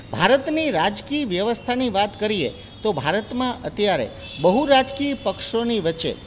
ભારતની રાજકીય વ્યવસ્થાની વાત કરીએ તો ભારતમાં અત્યારે બહુ રાજકીય પક્ષોની વચ્ચે